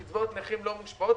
קצבאות נכים לא מושפעות.